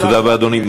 תודה רבה, אדוני.